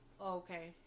Okay